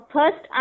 First